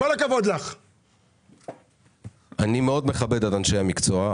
אני מאוד מכבד את אנשי המקצוע,